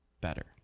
better